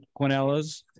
Quinellas